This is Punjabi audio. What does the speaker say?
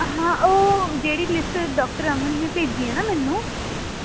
ਹਾਂ ਉਹ ਜਿਹੜੀ ਲਿਸਟ ਡਾਕਟਰ ਅਮਨ ਨੇ ਭੇਜੀ ਹੈ ਨਾ ਮੈਨੂੰ